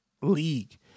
league